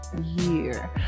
year